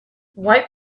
wipe